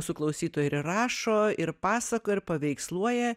mūsų klausytojai ir rašo ir pasakoja ir paveiksluoja